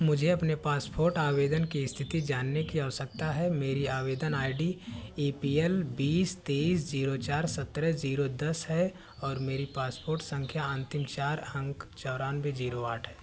मुझे अपने पासपोर्ट आवेदन की इस्थिति जानने की आवश्यकता है मेरी आवेदन I D A P L बीस तेइस ज़ीरो चार सतरह ज़ीरो दस है और मेरी पासपोर्ट सँख्या के अन्तिम चार अंक चौरानवे ज़ीरो आठ हैं